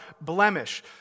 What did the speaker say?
blemish